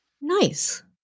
Nice